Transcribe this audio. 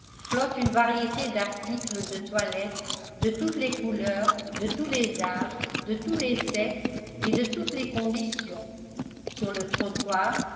flotte une variété d'articles de toilette de toutes les couleurs de tous les âges de tous les sexes et de toutes les conditions sur le trottoir